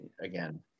again